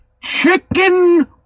chicken